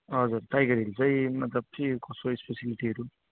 हजुर Tiger Hill चाहिँ मतलब के कसो स्पेसेलिटीहरू